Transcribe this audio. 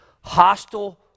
hostile